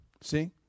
See